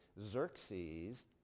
Xerxes